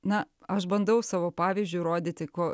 na aš bandau savo pavyzdžiu rodyti ko